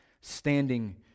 standing